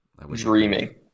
Dreaming